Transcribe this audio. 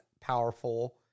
powerful